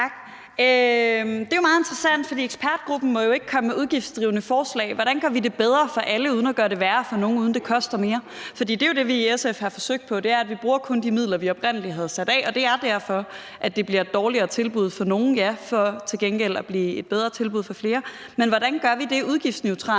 Det er jo meget interessant, for ekspertgruppen må jo ikke komme med udgiftsdrivende forslag. Hvordan gør vi det bedre for alle uden at gøre det værre for nogen, uden at det koster mere? For det er jo det, vi i SF har forsøgt; det er, at vi kun bruger de midler, vi oprindelig havde sat af. Og det er derfor, at det bliver et dårligere tilbud for nogen for til gengæld at blive et bedre tilbud for flere. Hvordan gør vi det udgiftsneutralt,